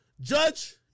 Judge